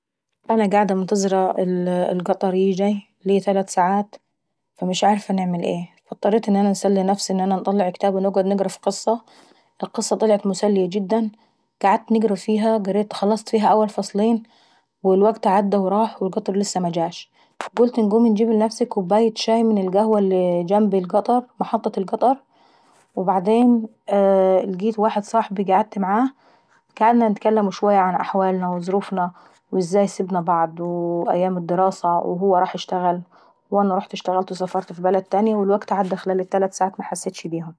انا قاعدة منتظرة القطر ييجياي ليا تلات ساعات ومش عارفة نعمل ايه، فاضطريت ان انا نسلي ان انا نطلع اكتبا ونقرا قصة. القصة مسلية جدا قريت فيها اول فصلين والقطر لسة مجاش. قلت انقوم انجيب كوباية شاي من المحطة اللي جنب القطر (محطة القطر)، وبعدين القيت واحد صاحبي قعدت معاه، قعدت نحكي شوية عن احوالنا وعن ظروفنا وازاي سيبنا بعض وو ايام الدراسة وهو راح اشتغل سافرت ورحت اشتغلت، والوكت عدا بسرعة محستش بيه.